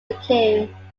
became